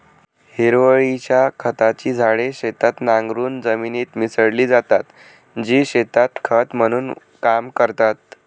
हिरवळीच्या खताची झाडे शेतात नांगरून जमिनीत मिसळली जातात, जी शेतात खत म्हणून काम करतात